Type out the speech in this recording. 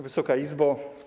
Wysoka Izbo!